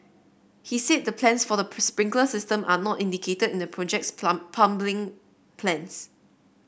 he said the plans for the sprinkler system are not indicated in the project's plum plumbing plans